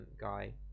guy